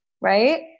right